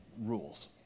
rules